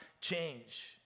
change